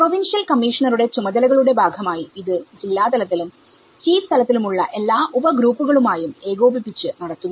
provincial കമ്മീഷണറുടെ ചുമതലകളുടെ ഭാഗമായി ഇത് ജില്ലാ തലത്തിലും ചീഫ് തലത്തിലുമുള്ള എല്ലാ ഉപ ഗ്രൂപ്പുകളുമായും ഏകോപിപ്പിച്ചു നടത്തുന്നു